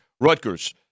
Rutgers